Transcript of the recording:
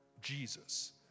Jesus